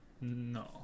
No